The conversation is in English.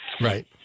Right